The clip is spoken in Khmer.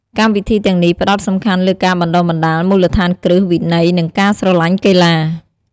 កម្មវិធីទាំងនេះផ្តោតសំខាន់លើការបណ្តុះបណ្តាលមូលដ្ឋានគ្រឹះ វិន័យ និងការស្រឡាញ់កីឡា។